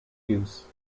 use